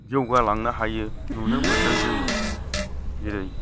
जौगा लांनो हायो नुनो मोनदों जोङो जेरै